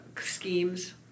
schemes